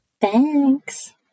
thanks